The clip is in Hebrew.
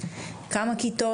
כמה כיתות,